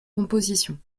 compositions